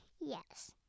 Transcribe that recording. Yes